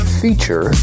feature